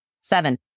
Seven